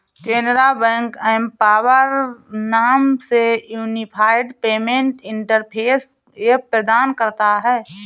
Canara bank empower नाम से unified payment interface app प्रदान करता हैं